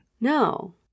no